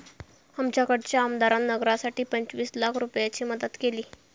आमच्याकडच्या आमदारान नगरासाठी पंचवीस लाख रूपयाची मदत केली